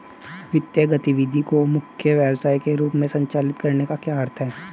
वित्तीय गतिविधि को मुख्य व्यवसाय के रूप में संचालित करने का क्या अर्थ है?